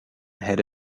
had